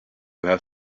have